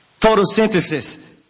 Photosynthesis